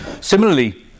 Similarly